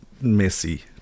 messy